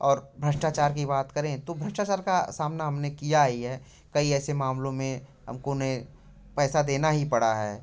और भ्रष्टाचार की बात करें तो भ्रष्टाचार का सामना हमने किया ही है कई ऐसे मामलों में हमको ने पैसा देना ही पड़ा है